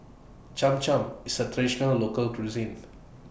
Cham Cham IS A Traditional Local Cuisine